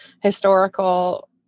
historical